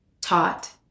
taught